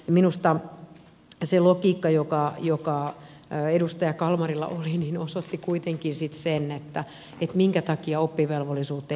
minusta se logiikka joka edustaja kalmarilla oli osoitti kuitenkin sitten sen minkä takia oppivelvollisuutta ei ole pidennetty